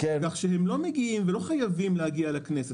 כך שהם לא מגיעים ולא חייבים להגיע לכנסת.